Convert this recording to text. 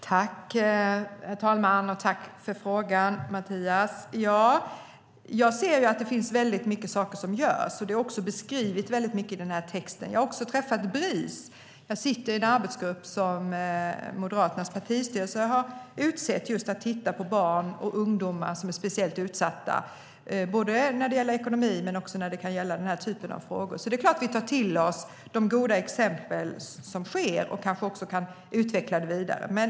Herr talman! Jag tackar Mattias för frågan. Jag ser att det finns väldigt mycket saker som görs. Det finns väl beskrivet i texten. Jag har också träffat Bris. Jag sitter i en arbetsgrupp som Moderaternas partistyrelse har utsett för att titta på barn och ungdomar som är speciellt utsatta när det gäller ekonomi eller denna typ av frågor. Det är klart att vi tar till oss de goda exemplen och kanske också kan utveckla dem vidare.